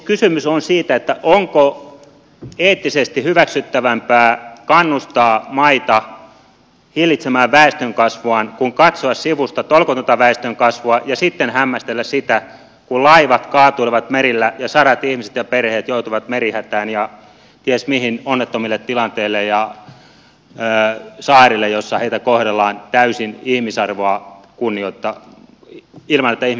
kysymys on siitä onko eettisesti hyväksyttävämpää kannustaa maita hillitsemään väestönkasvuaan kuin katsoa sivusta tolkutonta väestönkasvua ja sitten hämmästellä sitä kun laivat kaatuilevat merillä ja sadat ihmiset ja perheet joutuvat merihätään ja ties mihin onnettomiin tilanteisiin ja saarille joissa heitä kohdellaan ilman että ihmisarvoa kunnioitetaan